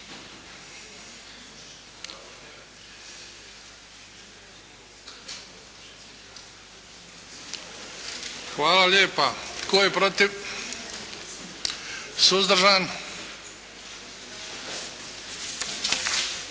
Hvala lijepa. Tko je protiv? Suzdržan?